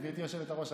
גברתי היושבת-ראש,